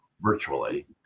virtually